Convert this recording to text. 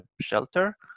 shelter